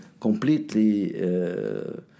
completely